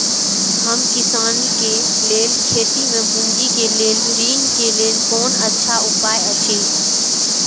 हम किसानके लेल खेती में पुंजी के लेल ऋण के लेल कोन अच्छा उपाय अछि?